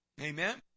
Amen